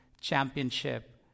championship